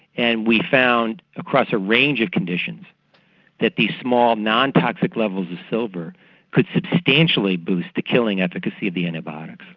and we found across a range of conditions that these small non-toxic levels of silver could substantially boost the killing efficacy of the antibiotics.